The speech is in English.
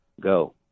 Go